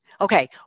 okay